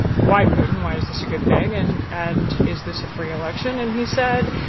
why putin? why is this a good thing? and and is this a free election? and he said,